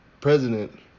president